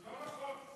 לא נכון.